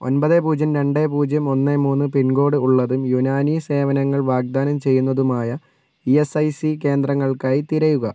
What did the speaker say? ഒൻപത് പൂജ്യം രണ്ട് പൂജ്യം ഒന്ന് മൂന്ന് പിൻകോഡ് ഉള്ളതും യുനാനി സേവനങ്ങൾ വാഗ്ദാനം ചെയ്യുന്നതുമായ ഇ എസ് ഐ സി കേന്ദ്രങ്ങൾക്കായി തിരയുക